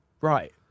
Right